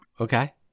okay